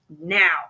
now